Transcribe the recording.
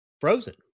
frozen